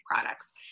products